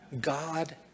God